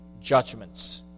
judgments